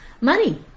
money